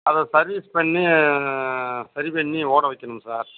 அதை சர்வீஸ் பண்ணி சரிப்பண்ணி ஓட வைக்கணும் சார்